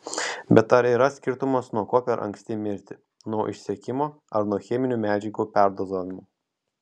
bet ar yra skirtumas nuo ko per anksti mirti nuo išsekimo ar nuo cheminių medžiagų perdozavimo